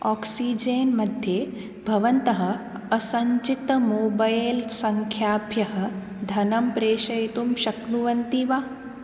oxygen मध्ये भवन्तः असञ्चितमोबैल्सङ्ख्याभ्यः धनं प्रेषयितुं शक्नुवन्ति वा